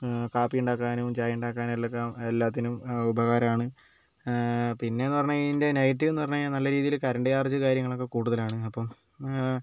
കാപ്പി ഉണ്ടാക്കാനും ചായ ഉണ്ടാക്കാനും എല്ലാം ഒക്കെ എല്ലാത്തിനും ഉപകാരമാണ് പിന്നെ എന്ന് പറഞ്ഞ് കഴിഞ്ഞാൽ ഇതിൻ്റെ നെഗറ്റീവ് എന്ന് പറഞ്ഞ് കഴിഞ്ഞാൽ നല്ല രീതിയിൽ കറണ്ട് ചാർജ് കാര്യങ്ങളൊക്കെ കൂടുതലാണ് അപ്പം